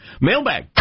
Mailbag